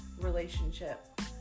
relationship